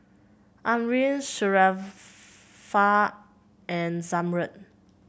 Amrin Sharifah and Zamrud